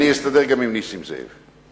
אני אסתדר גם עם נסים זאב.